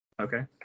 Okay